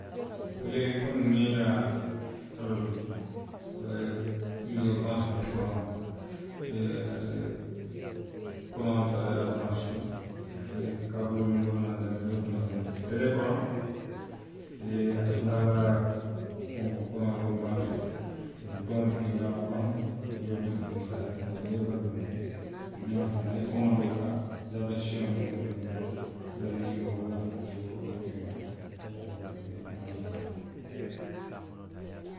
Telee komiŋ niŋ i ye a loondi. i be pirisoo baransee la kuraŋo la, i ye ate, kuraŋo taa i ye a baransee, i ye kaabuloo miŋ bota naŋ daa to i ye wo fanaŋ dunndi. telee kono, niŋ, ate fanaŋ l kuraŋo i ye wo baransee, i ye butoŋo diki i ye wo diki doroŋ i se a je fenkoo, niŋ i ye i batu domondiŋ, iimaasoo bi naa, i ye komandoo taa, i lafita seenoo miŋ na niŋ wo funtita, wo la niimeeroo wo la fenkoo i ye wo apiyee doroŋ i se a je iimaasoolu ye naanaŋ